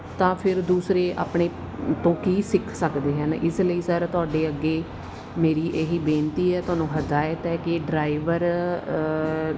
ਤਾਂ ਫਿਰ ਦੂਸਰੇ ਆਪਣੇ ਤੋਂ ਕੀ ਸਿੱਖ ਸਕਦੇ ਹਨ ਇਸ ਲਈ ਸਰ ਤੁਹਾਡੇ ਅੱਗੇ ਮੇਰੀ ਇਹੀ ਬੇਨਤੀ ਹੈ ਤੁਹਾਨੂੰ ਹਦਾਇਤ ਹੈ ਕਿ ਡਰਾਈਵਰ